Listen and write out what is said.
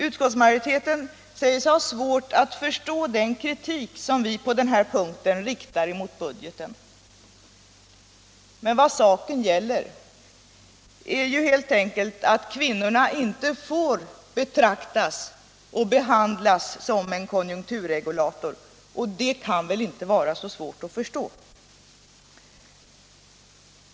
Utskottsmajoriteten säger sig ha svårt att förstå den kritik som vi på den här punkten riktar mot budgeten. Men vad saken gäller är ju helt enkelt att kvinnorna inte får betraktas och behandlas som en konjunkturregulator, och det kan väl inte vara svårt att förstå!